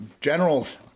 Generals